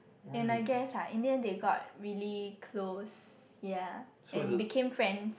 and I guess ah in the end they got really close ya and became friends